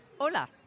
Hola